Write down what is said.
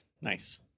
Nice